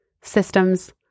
systems